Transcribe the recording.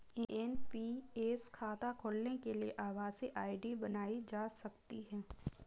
NPS खाता खोलने के लिए आभासी आई.डी बनाई जा सकती है